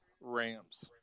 Rams